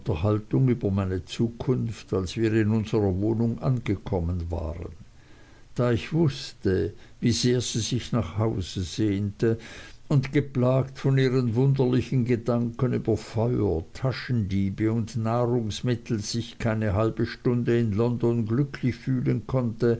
über meine zukunft als wir in unserer wohnung angekommen waren da ich wußte wie sehr sie sich nach hause sehnte und geplagt von ihren wunderlichen gedanken über feuer taschendiebe und nahrungsmittel sich keine halbe stunde in london glücklich fühlen konnte